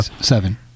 Seven